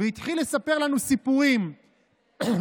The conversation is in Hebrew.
והתחיל לספר לנו סיפורים ולהגיד